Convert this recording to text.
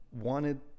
wanted